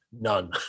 None